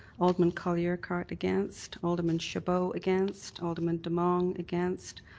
alderman colley-urquhart against, alderman chabot against, alderman demong against,